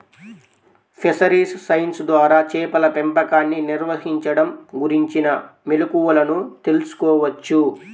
fisheries science ద్వారా చేపల పెంపకాన్ని నిర్వహించడం గురించిన మెళుకువలను తెల్సుకోవచ్చు